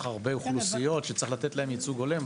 הרבה אוכלוסיות שצריך לתת להן ייצוג הולם,